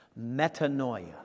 Metanoia